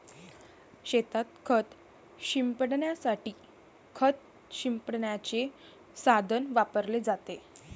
शेतात खत शिंपडण्यासाठी खत शिंपडण्याचे साधन वापरले जाते